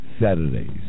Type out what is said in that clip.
Saturdays